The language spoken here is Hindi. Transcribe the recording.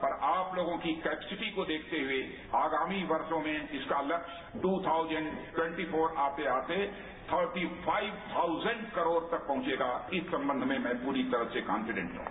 पर आप लोगों की कपेसिटीको रेखते हुए आगामी वर्षों में इसका लक्ष्य दु थाऊजेंड ट्वेंटी फोर आते आते थर्टीफाइव थाऊजेंड करोड़ तक पहुंचेगा इस संबंध में मैं पूरी तरह से काफिडेंट हूं